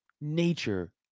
nature